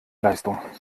leistung